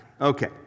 Okay